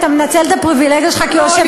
אתה מנצל את הפריבילגיה שלך כיושב-ראש,